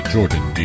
Jordan